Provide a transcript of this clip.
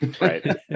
Right